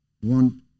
one